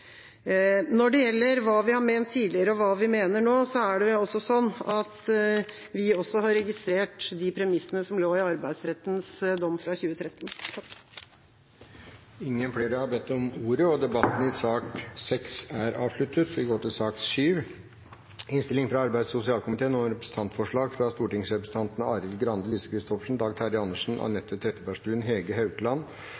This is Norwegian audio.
Når det gjelder hva vi har ment tidligere, og hva vi mener nå, er det altså sånn at vi også har registrert de premissene som lå i Arbeidsrettens dom fra 2013. Flere har ikke bedt om ordet til sak nr. 6. Etter ønske fra arbeids- og sosialkomiteen vil presidenten foreslå at taletiden blir begrenset til 5 minutter til hver partigruppe og